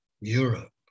Europe